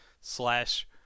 slash